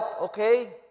okay